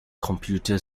computer